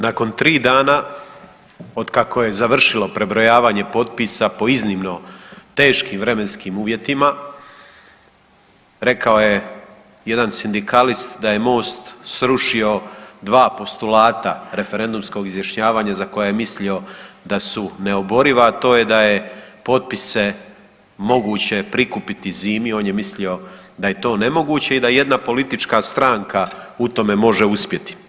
Nakon 3 dana otkako je završilo prebrojavanje potpisa po iznimno teškim vremenskim uvjetima, rekao je jedan sindikalist da je Most srušio postulata referendumskog izjašnjavanja da je mislio da su neoboriva, a to je da je potpise moguće prikupiti zimi, on je mislio da je to nemoguće i da jedna politička stranka u tome može uspjeti.